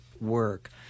work